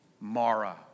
Mara